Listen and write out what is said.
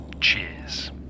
Cheers